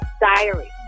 diary